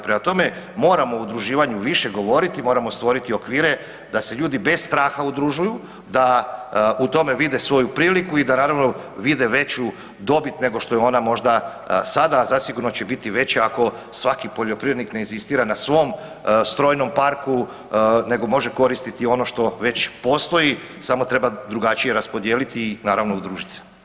Prema tome, moramo o udruživanju više govoriti, moramo stvoriti okvire da se ljudi bez straha udružuju, da u tome vide svoju priliku i da naravno vide veću dobit nego što je ona možda sada, a zasigurno će biti veća ako svaki poljoprivrednik ne inzistira na svom strojnom parku nego može koristiti ono što već postoji samo treba drugačije raspodijeliti i naravno udružit se.